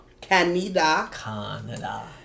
Canada